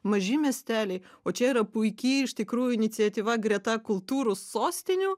maži miesteliai o čia yra puiki iš tikrųjų iniciatyva greta kultūros sostinių